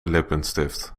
lippenstift